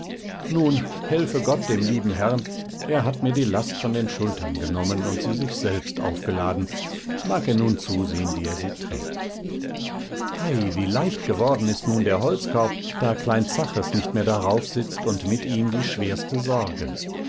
nun helfe gott dem lieben herrn er hat mir die last von den schultern genommen und sie sich selbst aufgeladen mag er nun zusehen wie er sie trägt hei wie leicht geworden ist nun der holzkorb da klein zaches nicht mehr daraufsitzt und mit ihm die schwerste sorge